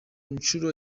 nshuro